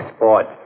Sport